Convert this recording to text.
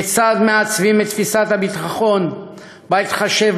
כיצד מעצבים את תפיסת הביטחון בהתחשב